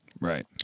Right